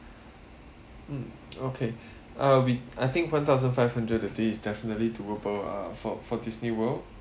mm okay uh we I think one thousand five hundred thirty is definitely to work out uh for for Disneyworld